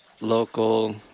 local